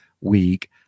week